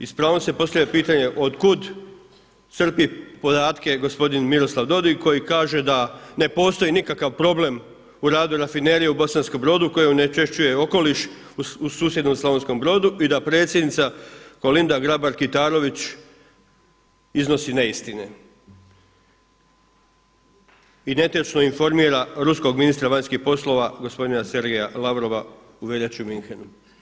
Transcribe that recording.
I s pravom se postavlja pitanje od kud crpi podatke gospodin Miroslav Dodig koji kaže da ne postoji nikakav problem u radu Rafinerije u Bosanskom Brodu koja onečišćuje okoliš u susjednom Slavonskom Brodu i da predsjednika Kolinda Grabar Kitarović iznosi neistine i netočno informira ruskog ministra vanjskih poslova gospodina Sergeja Lavrova u veljači u Münchenu.